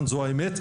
זו האמת.